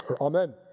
amen